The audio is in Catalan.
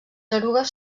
erugues